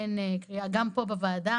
גם פה בוועדה